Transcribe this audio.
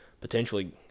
potentially